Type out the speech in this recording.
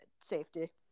safety